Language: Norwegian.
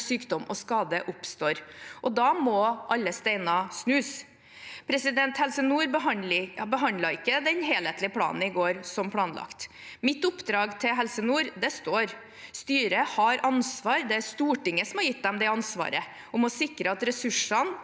sykdom og skade oppstår. Da må alle steiner snus. Helse nord behandlet ikke den helhetlige planen i går, som planlagt. Mitt oppdrag til Helse nord står. Styret har ansvar – og det er Stortinget som har gitt dem det ansvaret – for å sikre at ressursene